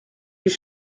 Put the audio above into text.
les